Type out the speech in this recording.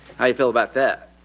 how you feel about that?